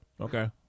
Okay